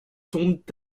tombent